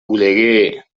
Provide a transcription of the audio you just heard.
oleguer